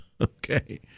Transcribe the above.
Okay